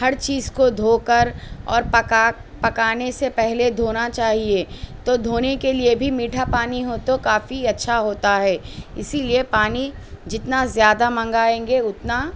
ہر چیز کو دھو کر اور پکا پکانے سے پہلے دھونا چاہیے تو دھونے کے لیے بھی میٹھا پانی ہو تو کافی اچھا ہوتا ہے اسی لیے پانی جتنا زیادہ منگائیں گے اتنا